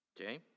Okay